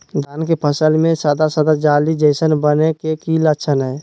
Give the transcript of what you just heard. धान के फसल में सादा सादा जाली जईसन बने के कि लक्षण हय?